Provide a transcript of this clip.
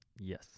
Yes